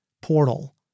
portal